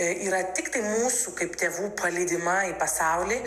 yra tiktai mūsų kaip tėvų paleidimą į pasaulį